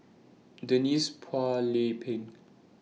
Denise Phua Lay Peng